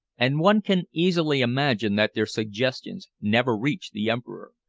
and one can easily imagine that their suggestions never reach the emperor.